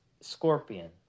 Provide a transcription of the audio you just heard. Scorpion